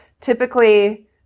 typically